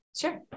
Sure